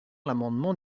l’amendement